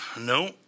No